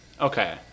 Okay